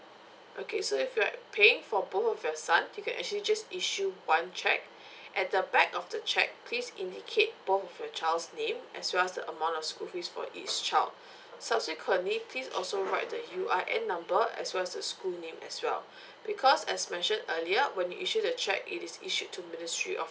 okay so if you're paying for both of your son you can actually just issue one check at the back of the check please indicate both of your child's name as well as the amount of school fees for each child subsequently please also write write the U_I_N number as well as the school name as well because as mentioned earlier when you issue the check it is issued to ministry of